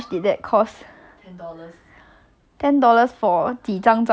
四张 oh my god that's such a scam what the heck